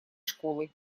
школой